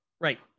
right